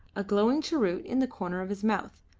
a glowing cheroot in the corner of his mouth,